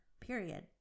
period